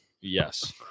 Yes